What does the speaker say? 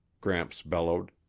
gramps bellowed.